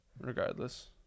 Regardless